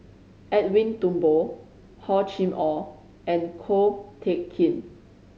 Edwin Thumboo Hor Chim Or and Ko Teck Kin